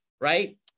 Right